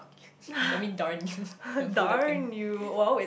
I mean darn can pull the thing